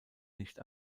nicht